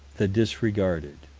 the disregarded